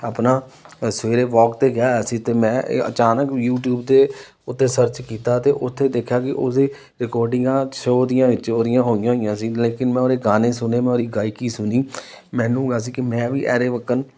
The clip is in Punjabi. ਆਪਣਾ ਸਵੇਰੇ ਵੋਕ 'ਤੇ ਗਿਆ ਹੋਇਆ ਸੀ ਅਤੇ ਮੈਂ ਅਚਾਨਕ ਯੂਟਿਊਬ ਦੇ ਉੱਤੇ ਸਰਚ ਕੀਤਾ ਤਾਂ ਉੱਥੇ ਦੇਖਿਆ ਕਿ ਉਹਦੇ ਰਿਕੋਰਡਿੰਗਾਂ ਸ਼ੋਅ ਦੀਆਂ ਵਿੱਚ ਉਹਦੀਆਂ ਹੋਈਆਂ ਹੋਈਆਂ ਸੀ ਲੇਕਿਨ ਮੈਂ ਉਹਦੇ ਗਾਣੇ ਸੁਣੇ ਮੈਂ ਉਹਦੀ ਗਾਇਕੀ ਸੁਣੀ ਮੈਨੂੰ ਸੀ ਕਿ ਮੈਂ ਵੀ ਐਰੇ ਵਕਨ